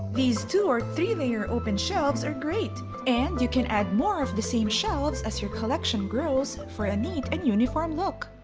these two or three layer shelves are great and you can add more of the same shelves as your collection grows for a neat and uniform look.